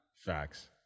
Facts